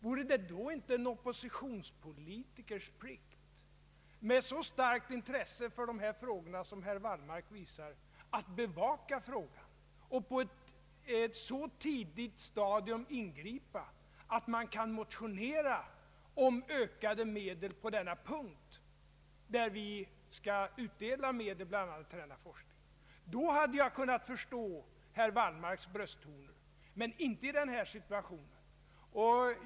Vore det då inte en plikt för en oppositionspolitiker med så starkt intresse för dessa frågor som herr Wallmark visar, att bevaka frågan och ingripa på ett så tidigt stadium att man kan motionera om ökade medel på denna punkt som gäller medel bland annat till denna forskning? Då hade jag kunnat förstå herr Wallmarks brösttoner, men inte i denna situation.